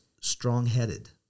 strong-headed